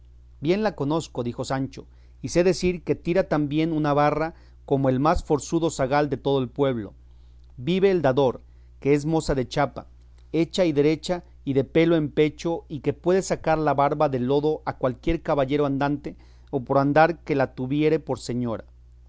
bien la conozco dijo sancho y sé decir que tira tan bien una barra como el más forzudo zagal de todo el pueblo vive el dador que es moza de chapa hecha y derecha y de pelo en pecho y que puede sacar la barba del lodo a cualquier caballero andante o por andar que la tuviere por señora